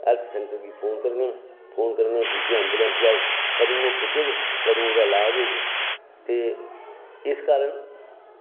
health centre गी phone करना ते कुतै एंबुलेंस आए कदूं ओह् पुज्जग ते कदूं ओह्दा लाज होग ते इस कारण